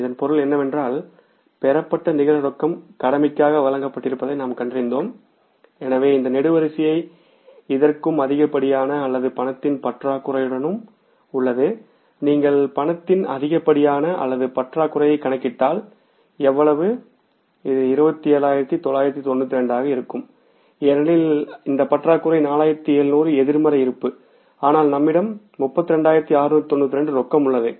இதன் பொருள் என்னவென்றால் பெறப்பட்ட நிகர ரொக்கம் கடமைக்காக வழங்கப்பட்டிருப்பதை நாம் கண்டறிந்தோம் எனவே இந்த நெடுவரிசை இதற்கும் அதிகப்படியான அல்லது ரொக்கத்தின் பற்றாக்குறையுடனும் உள்ளது நீங்கள் ரொக்கத்தின் அதிகப்படியான அல்லது பற்றாக்குறையை கணக்கிட்டால் எவ்வளவு இது 27992 ஆக இருக்கும் ஏனெனில் இந்த பற்றாக்குறை 4700 எதிர்மறை இருப்பு ஆனால் நம்மிடம் 32692 ரொக்கம் உள்ளது